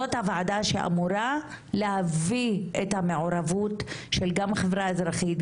זאת הוועדה שאמורה להביא את המעורבות גם של חברה אזרחית,